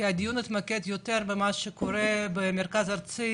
הדיון יתמקד יותר במה שקורה במרכז ארצי